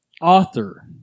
author